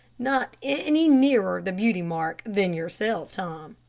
not any nearer the beauty mark than yourself, tom.